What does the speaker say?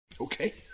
okay